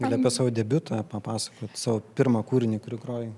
gali apie savo debiutą papasakot savo pirmą kūrinį kurį grojai